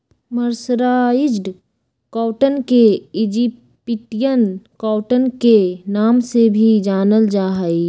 mercerised cotton के Egyptian cotton के नाम से भी जानल जा हई